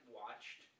watched